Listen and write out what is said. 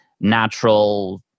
natural